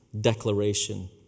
Declaration